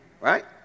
right